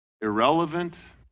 irrelevant